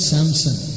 Samson